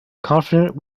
confident